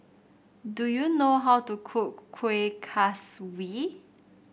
do you know how to cook Kueh Kaswi